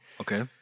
Okay